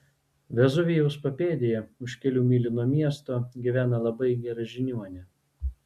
vezuvijaus papėdėje už kelių mylių nuo miesto gyvena labai gera žiniuonė